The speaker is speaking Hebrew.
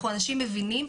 אנחנו אנשים מבינים,